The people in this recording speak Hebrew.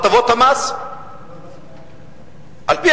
או הטבות המס?